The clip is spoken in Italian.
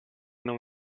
non